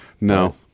No